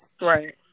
Right